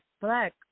Black